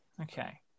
okay